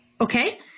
Okay